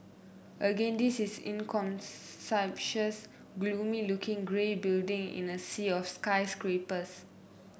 again this is an inconspicuous gloomy looking grey building in a sea of skyscrapers